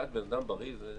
שבן-אדם שמתקהל אין